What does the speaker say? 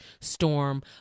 storm